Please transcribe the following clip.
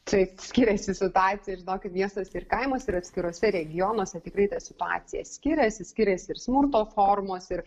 taip skiriasi situacija žinokit miestuose ir kaimuose ir atskiruose regionuose tikrai ta situacija skiriasi skiriasi ir smurto formos ir